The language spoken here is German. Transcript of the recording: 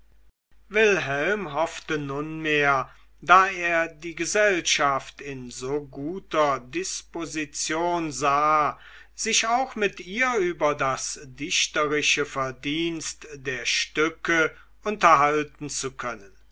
wilhelm hoffte nunmehr da er die gesellschaft in so guter disposition sah sich auch mit ihr über das dichterische verdienst der stücke unterhalten zu können